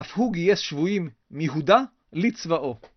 אף הוא גייס שבויים מיהודה לצבאו.